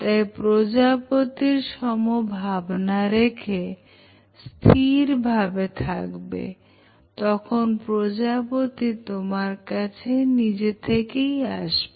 তাই প্রজাপতির সম ভাবনা মনে রেখে স্থির ভাবে থাকবে তখন প্রজাপতি তোমার কাছে আসবে